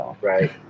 Right